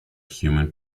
human